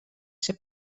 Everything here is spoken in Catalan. ser